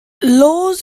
laws